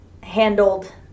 handled